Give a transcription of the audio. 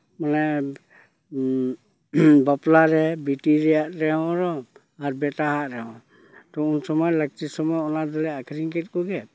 ᱢᱟᱱᱮ ᱵᱟᱯᱞᱟ ᱨᱮ ᱵᱤᱴᱤᱭᱟᱜ ᱨᱮᱦᱚᱸ ᱟᱨ ᱵᱮᱴᱟᱣᱟᱜ ᱨᱮᱦᱚᱸ ᱟᱫᱚ ᱩᱱ ᱥᱚᱢᱚᱭ ᱞᱟᱹᱠᱛᱤ ᱥᱚᱢᱚᱭ ᱚᱱᱟ ᱫᱞᱮ ᱟᱠᱷᱨᱤᱧ ᱠᱮᱫ ᱠᱚᱣᱟ